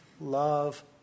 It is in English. love